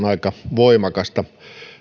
aika voimakasta